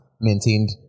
maintained